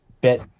bit